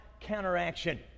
counteraction